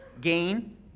Gain